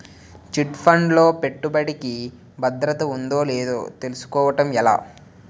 Chit fund లో పెట్టుబడికి భద్రత ఉందో లేదో తెలుసుకోవటం ఎలా?